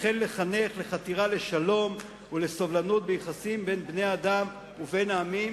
וכן לחנך לחתירה לשלום ולסובלנות ביחסים בין בני-אדם ובין עמים".